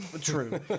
True